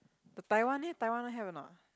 the Taiwan leh Taiwan have or not